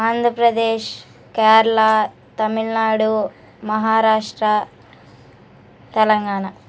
Andhra Pradesh Kerala Tamil Nadu Maharashtra Telangana